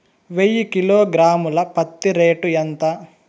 వెయ్యి కిలోగ్రాము ల పత్తి రేటు ఎంత?